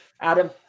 Adam